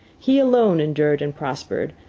he alone endured and prospered,